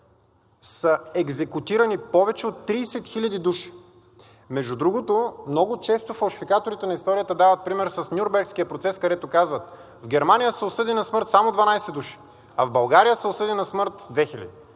са екзекутирани повече от 30 хиляди души. Много често фалшификаторите на историята дават пример с Нюрнбергския процес, където казват: в Германия са осъдени на смърт само 12 души, а в България са осъдени на смърт 2000.